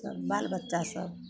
बाल बच्चासभ